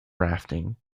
rafting